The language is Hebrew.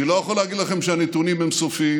אני לא יכול להגיד לכם שהנתונים הם סופיים,